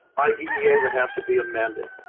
idea would have to be amended,